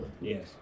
yes